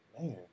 man